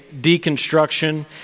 deconstruction